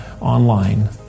online